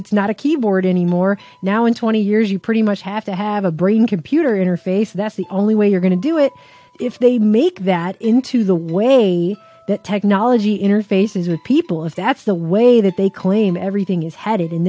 it's not a keyboard anymore now in twenty years you pretty much have to have a brain computer interface that's the only way you're going to do it if they make that into the way that technology interfaces with people if that's the way that they claim everything is headed